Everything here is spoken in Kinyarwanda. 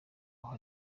aho